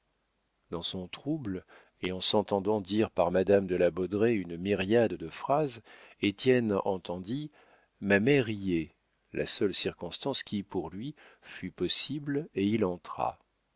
dans son trouble et en s'entendant dire par madame de la baudraye une myriade de phrases étienne entendit ma mère y est la seule circonstance qui pour lui fût possible et il entra